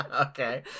Okay